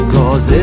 Cause